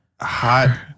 hot